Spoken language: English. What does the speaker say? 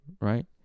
right